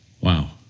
Wow